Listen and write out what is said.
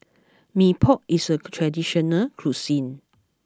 Mee Pok is a traditional cuisine